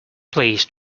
please